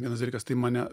vienas dalykas tai mane